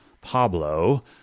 Pablo